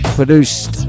produced